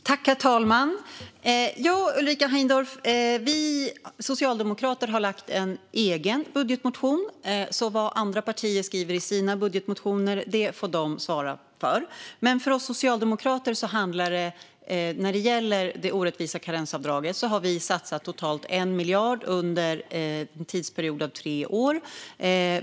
Herr talman! Vi socialdemokrater, Ulrika Heindorff, har väckt en egen budgetmotion. Vad andra partier skriver i sina budgetmotioner får de svara för. När det gäller det orättvisa karensavdraget har vi socialdemokrater satsat totalt 1 miljard under en tidsperiod om tre år.